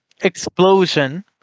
explosion